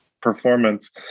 performance